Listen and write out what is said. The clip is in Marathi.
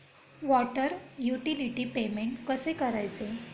वॉटर युटिलिटी पेमेंट कसे करायचे?